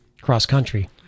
cross-country